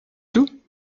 tout